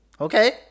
Okay